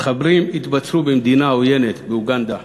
המחבלים התבצרו במדינה עוינת, באוגנדה.